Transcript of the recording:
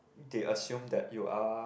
they assume that you are